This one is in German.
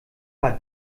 war